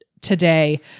today